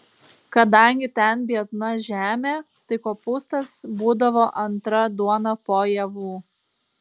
kadangi ten biedna žemė tai kopūstas būdavo antra duona po javų